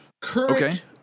Current